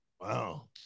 Wow